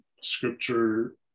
scripture